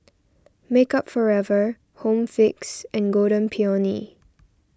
Makeup Forever Home Fix and Golden Peony